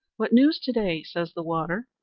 what news to-day? says the water.